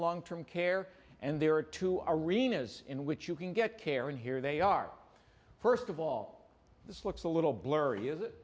long term care and there are two hour rena's in which you can get care and here they are first of all this looks a little blurry is it